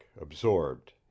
absorbed